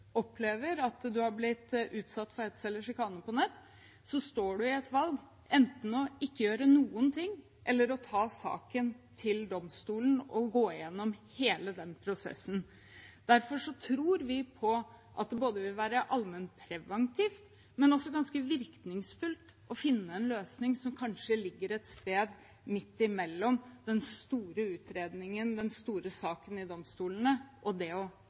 opplever at man har blitt utsatt for hets eller sjikane på nett, står man i et valg om enten å ikke gjøre noen ting, eller å ta saken til domstolen og gå gjennom hele den prosessen. Derfor tror vi på at det både vil være allmennpreventivt og også ganske virkningsfullt å finne en løsning som kanskje ligger et sted midt imellom den store utredningen, den store saken i domstolene, og det å rett og